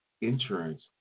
insurance